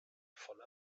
volle